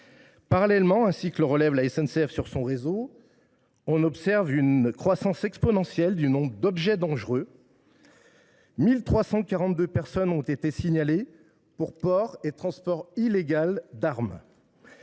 Parallèlement, ainsi que le relève la SNCF sur son réseau, on observe une croissance exponentielle des cas de transport d’objets dangereux : 1 342 personnes ont été signalées pour port et transport illégal d’armes.